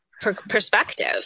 perspective